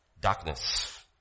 Darkness